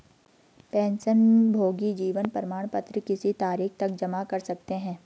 पेंशनभोगी जीवन प्रमाण पत्र किस तारीख तक जमा कर सकते हैं?